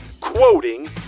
quoting